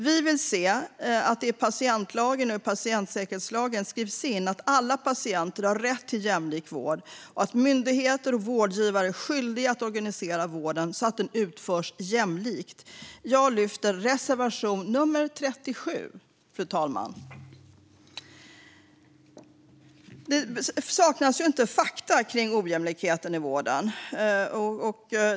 Vi vill se att det i patientlagen och i patientsäkerhetslagen skrivs in att alla patienter har rätt till en jämlik vård och att myndigheter och vårdgivare är skyldiga att organisera vården så att den utförs jämlikt. Jag yrkar bifall till reservation 37. Det saknas inte fakta kring ojämlikheten i vården.